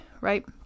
right